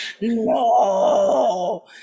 no